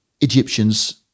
Egyptians